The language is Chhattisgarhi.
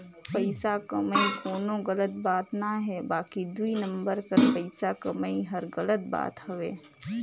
पइसा कमई कोनो गलत बात ना हे बकि दुई नंबर कर पइसा कमई हर गलत बात हवे